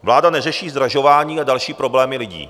Vláda neřeší zdražování a další problémy lidí.